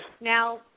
Now